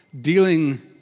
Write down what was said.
dealing